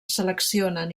seleccionen